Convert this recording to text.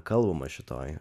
kalbama šitoj